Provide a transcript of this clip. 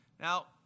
Now